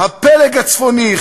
הפלג הצפוני,